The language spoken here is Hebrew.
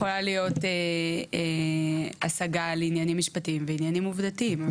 יכולה להיות הסגה לעניינים משטיים ועניינים עובדתיים.